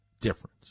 difference